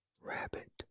Rabbit